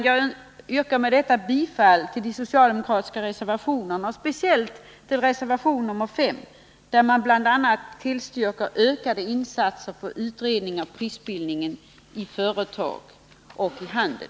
Jag yrkar med detta bifall till de socialdemokratiska reservationerna och speciellt till reservation nr 5, där man bl.a. tillstyrker en ökning av insatserna för att utreda prisbildningen inom företag och handel.